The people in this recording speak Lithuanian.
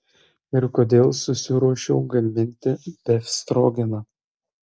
ir kodėl susiruošiau gaminti befstrogeną